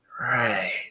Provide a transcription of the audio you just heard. right